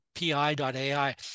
pi.ai